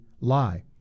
lie